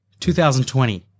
2020